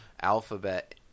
Alphabet –